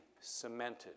cemented